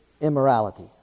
immorality